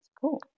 cool